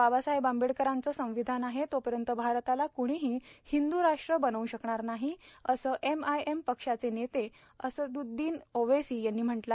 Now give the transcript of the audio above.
बाबासाहेब आंबेडकरांचं संविधान आहे तोपर्यंत भारताला क्णीही हिंदू राष्ट्र बनवू शकणार नाही असं एमआयएम पक्षाचे नेते असदोददीन ओवेसी यांनी म्हटलं आहे